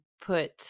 put